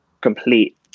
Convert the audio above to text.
complete